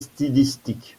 stylistique